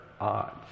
odds